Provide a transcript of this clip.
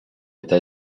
eta